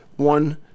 one